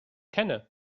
kenne